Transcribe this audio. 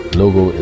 logo